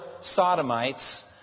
Sodomites